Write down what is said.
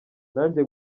nanjye